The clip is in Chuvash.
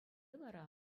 вара